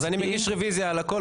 אז אני מגיש רוויזיה על הכול.